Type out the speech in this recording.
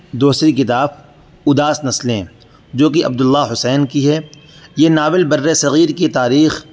دوسری کتاب اداس نسلیں جو کہ عبد اللہ حسین کی ہے یہ ناول بر صغیر کی تاریخ